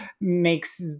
makes